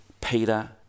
Peter